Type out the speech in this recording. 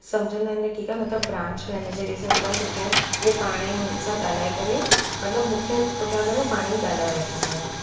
सम्झंदा आहिनि त ठीकु आहे न त ब्रांच मेनेजर इहे सभु हेॾा सुठा आहिनि उहे पाण ई उन्हनि सां ॻाल्हाए करे मतिलबु मूंखे पुठियां करे पाण ई ॻाल्हाए वठंदा आहिनि